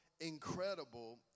incredible